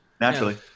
Naturally